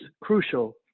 crucial